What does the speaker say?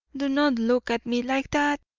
do not look at me like that!